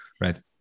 Right